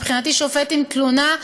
מבחינתי שופט עם תלונה,